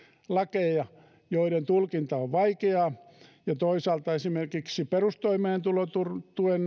lakeja joiden tulkinta on vaikeaa ja toisaalta esimerkiksi perustoimeentulotuen